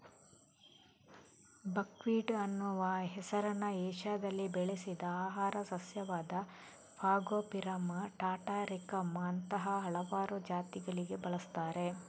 buckwheat ಅನ್ನುವ ಹೆಸರನ್ನ ಏಷ್ಯಾದಲ್ಲಿ ಬೆಳೆಸಿದ ಆಹಾರ ಸಸ್ಯವಾದ ಫಾಗೋಪಿರಮ್ ಟಾಟಾರಿಕಮ್ ಅಂತಹ ಹಲವಾರು ಜಾತಿಗಳಿಗೆ ಬಳಸ್ತಾರೆ